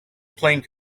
playing